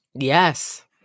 Yes